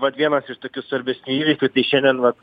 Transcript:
vat vienas iš tokių svarbesnių įvykių tai šiandien vat